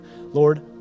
Lord